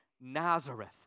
Nazareth